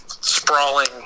sprawling